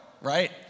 right